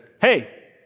hey